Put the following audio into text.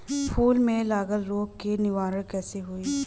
फूल में लागल रोग के निवारण कैसे होयी?